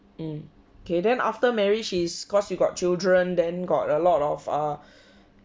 mm kay then after marriage is cause you got children then got a lot of uh